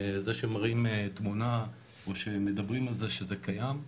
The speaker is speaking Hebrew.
זה שמראים תמונה או שמדברים על זה שזה קיים,